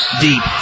deep